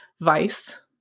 vice